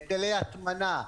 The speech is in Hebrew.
היטלי הטמנה,